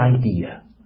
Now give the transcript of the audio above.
idea